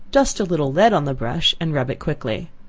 dust a little lead on the brush and rub it quickly.